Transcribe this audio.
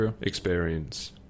experience